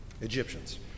Egyptians